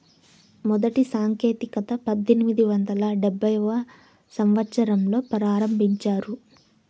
మొదటి సాంకేతికత పద్దెనిమిది వందల డెబ్భైవ సంవచ్చరంలో ప్రారంభించారు